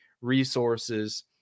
resources